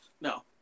No